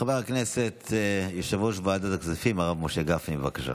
חבר הכנסת יושב-ראש ועדת הכספים הרב גפני, בבקשה.